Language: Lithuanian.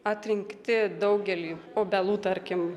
atrinkti daugelį obelų tarkim